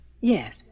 Yes